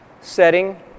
setting